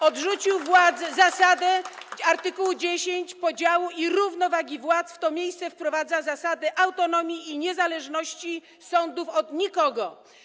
Odrzucił zasadę art. 10 - podziału i równowagi władz, a w to miejsce wprowadza zasadę autonomii i niezależności sądów od nikogo.